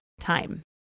time